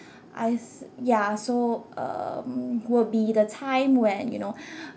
I s~ ya so um would be the time when you know